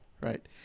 right